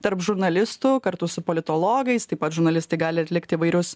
tarp žurnalistų kartu su politologais taip pat žurnalistai gali atlikt įvairius